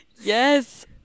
Yes